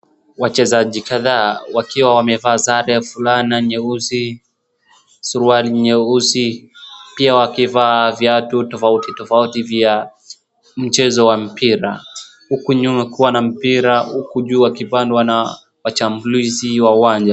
Wachezaji kadhaa wakiwa wamevaa sare ya fulana nyeusi, suruali nyeusi pia wakivaa viatu tofauti tofauti vya mchezo wa mpira. Huku nyuma huku kuwa na mpira huku juu wakipandwa na washambulizi wa uwanja.